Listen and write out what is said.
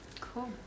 Cool